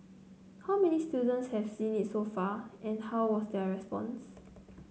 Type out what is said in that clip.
how many students have seen it so far and how was their response